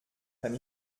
kann